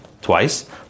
twice